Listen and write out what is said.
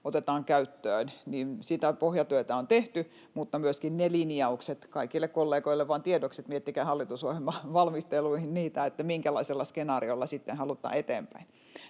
otetaan käyttöön: pohjatyötä on tehty, mutta myöskin ne linjaukset... Kaikille kollegoille vain tiedoksi, että miettikää hallitusohjelmavalmisteluihin niitä, minkälaisella skenaariolla sitten halutaan eteenpäin.